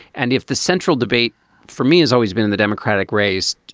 and if the central debate for me has always been in the democratic race,